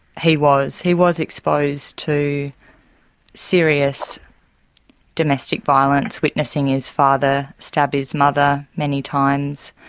he was, he was exposed to serious domestic violence, witnessing his father stab his mother many times,